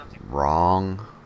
wrong